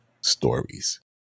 stories